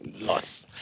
Lots